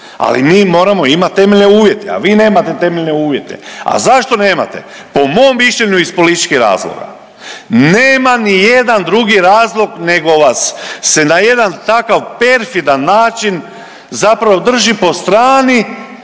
Ali mi moramo imati temeljne uvjete, a vi nemate temeljne uvjete. A zašto nemate? Po mom mišljenju, iz političkih razloga. Nema ni jedan drugi razlog nego vas se na jedan takav perfidan način zapravo drži po strani